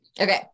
Okay